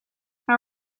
how